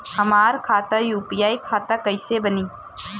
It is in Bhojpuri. हमार खाता यू.पी.आई खाता कईसे बनी?